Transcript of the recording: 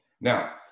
Now